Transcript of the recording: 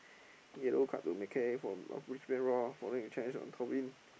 yellow card to McKay from Brisbane-Roar following a change on Tobin